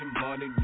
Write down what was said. money